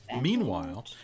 Meanwhile